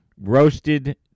Roasted